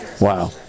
Wow